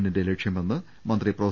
ന്റെ ലക്ഷ്യമെന്ന് മന്ത്രി പ്രൊഫ